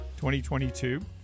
2022